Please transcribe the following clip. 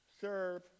serve